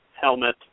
helmet